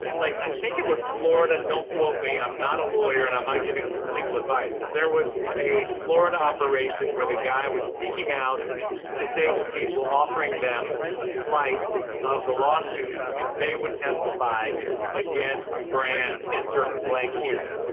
like, i think it was florida, don't quote me, i'm not a lawyer and i'm not giving legal advice. there was a florida operation where the guy was seeking out disabled people offering them a slice of the lawsuit if they would testify against brand insert the blank here.